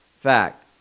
fact